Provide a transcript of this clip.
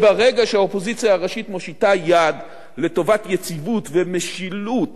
ברגע שהאופוזיציה הראשית מושיטה יד לטובת יציבות ומשילות